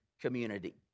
community